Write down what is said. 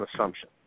assumption